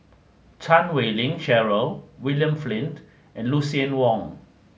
Chan Wei Ling Cheryl William Flint and Lucien Wang